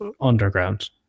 underground